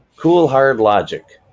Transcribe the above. coolhardlogic,